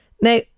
Now